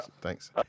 Thanks